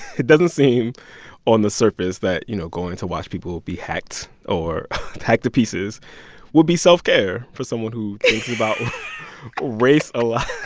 it doesn't seem on the surface that, you know, going to watch people be hacked or hacked to pieces would be self-care for someone who. thinks about race a lot.